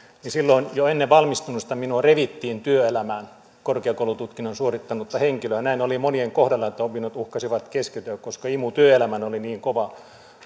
kahdeksankymmentäviisi silloin jo ennen valmistumista minua revittiin työelämään korkeakoulututkinnon suorittanutta henkilöä näin oli monien kohdalla että opinnot uhkasivat keskeytyä koska imu työelämään oli niin kova